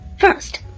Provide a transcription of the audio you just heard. First